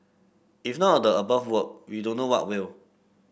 if none of the above work we don't know what will